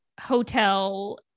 hotel